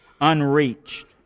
Unreached